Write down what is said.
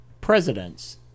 presidents